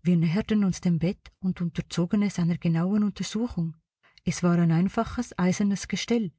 wir näherten uns dem bett und unterzogen es einer genauen untersuchung es war ein einfaches eisernes gestell